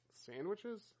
Sandwiches